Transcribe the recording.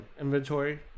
inventory